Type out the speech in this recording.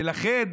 ולכן,